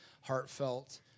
heartfelt